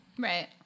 Right